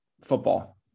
football